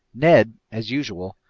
ned, as usual,